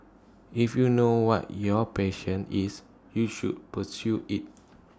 if you know what your patient is you should pursue IT